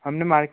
हमने मार्केट